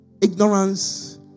Ignorance